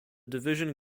division